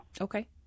okay